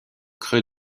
creux